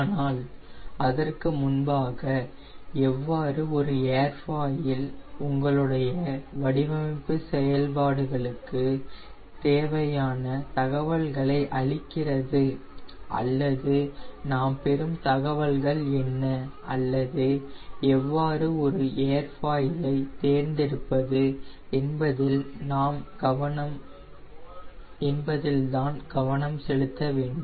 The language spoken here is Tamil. ஆனால் அதற்கு முன்பாக எவ்வாறு ஒரு ஏர்ஃபாயில் உங்களுடைய வடிவமைப்பு செயல்பாடுகளுக்கு தேவையான தகவல்களை அளிக்கிறது அல்லது நாம் பெறும் தகவல்கள் என்ன அல்லது எவ்வாறு நாம் ஒரு ஏர்ஃபாயில் ஐ தேர்ந்தெடுப்பது என்பதில் தான் கவனம் செலுத்த வேண்டும்